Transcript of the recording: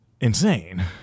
insane